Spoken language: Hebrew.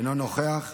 אינו נוכח.